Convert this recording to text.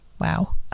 Wow